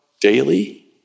daily